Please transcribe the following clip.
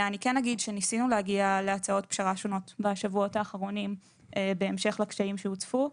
בשבועות האחרונים ניסינו להגיע להצעות פשרה שונות בהמשך לקשיים שהוצפו.